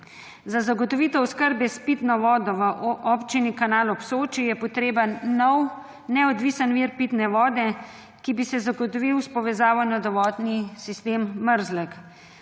Za zagotovitev oskrbe s pitno vodo v Občini Kanal ob Soči je potreben nov, neodvisen vir pitne vode, ki bi se zagotovil s povezavo na dovodni sistem Mrzlek.